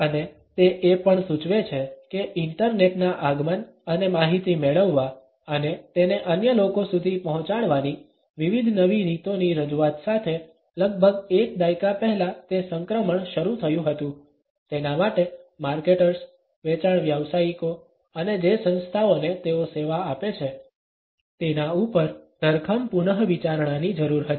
અને તે એ પણ સૂચવે છે કે ઈન્ટરનેટ ના આગમન અને માહિતી મેળવવા અને તેને અન્ય લોકો સુધી પહોંચાડવાની વિવિધ નવી રીતોની રજૂઆત સાથે લગભગ એક દાયકા પહેલા તે સંક્રમણ શરૂ થયું હતું તેના માટે માર્કેટર્સ વેચાણ વ્યાવસાયિકો અને જે સંસ્થાઓને તેઓ સેવા આપે છે તેના ઉપર ધરખમ પુનવિચારણાની જરૂર હતી